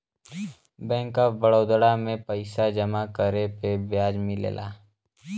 bank of Baroda में पइसा जमा करे पे ब्याज मिलला